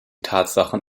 tatsachen